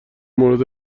مورد